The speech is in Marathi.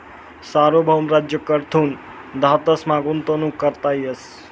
सार्वभौम राज्य कडथून धातसमा गुंतवणूक करता येस